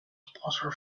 sponsor